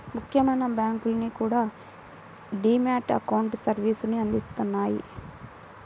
ముఖ్యమైన బ్యాంకులన్నీ కూడా డీ మ్యాట్ అకౌంట్ సర్వీసుని అందిత్తన్నాయి